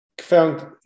found